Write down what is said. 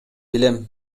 билем